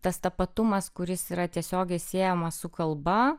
tas tapatumas kuris yra tiesiogiai siejamas su kalba